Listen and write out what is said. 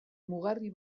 mugarri